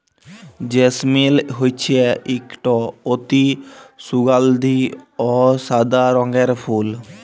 জেসমিল হছে ইকট অতি সুগাল্ধি অ সাদা রঙের ফুল